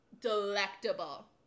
Delectable